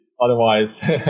otherwise